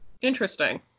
interesting